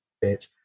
bit